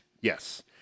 Yes